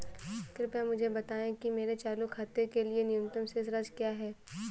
कृपया मुझे बताएं कि मेरे चालू खाते के लिए न्यूनतम शेष राशि क्या है?